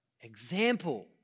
example